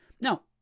Now